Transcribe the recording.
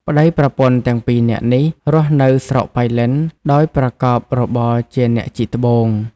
ប្ដីប្រពន្ធទាំងពីរនាក់នេះ រស់នៅស្រុកប៉ៃលិនដោយប្រកបរបរជាអ្នកជីកត្បូង។